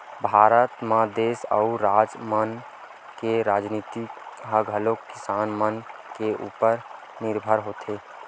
भारत म देस अउ राज मन के राजनीति ह घलोक किसान मन के उपर निरभर होथे